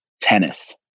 tennis